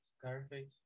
Scarface